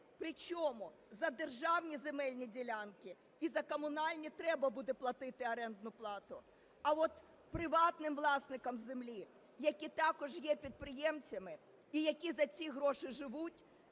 При чому за державні земельні ділянки і за комунальні треба буде платити орендну плату, а от приватним власникам землі, які також є підприємцями і які за ці гроші живуть,